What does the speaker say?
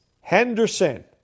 Henderson